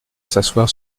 s’asseoir